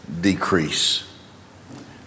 decrease